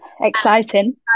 Exciting